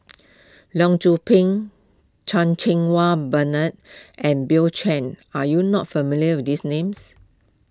Leong Yoon Pin Chan Cheng Wah Bernard and Bill Chen are you not familiar with these names